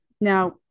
Now